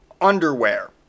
underwear